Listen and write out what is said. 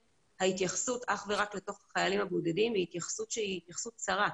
ההתייחסות אך ורק לחיילים הבודדים היא התייחסות שהיא התייחסות צרה.